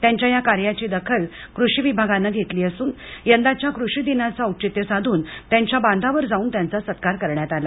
त्यांच्या या कार्याची दाखल कृषी विभागानं घेतली असून यंदाच्या कृषी दिनाचं औचित्य साधून त्यांचा बांधावर जाऊन त्यांचा सत्कार करण्यात आला